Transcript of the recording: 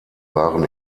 waren